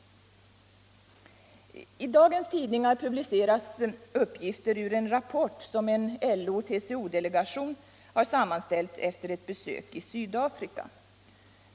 I dagens tidningar publiceras uppgifter ur en rapport som en LO-TCO delegation har sammanställt efter ett besök i Sydafrika.